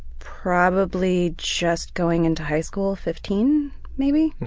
probably just going into high school. fifteen, maybe.